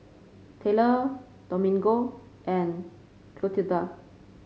Tayler Domingo and Clotilda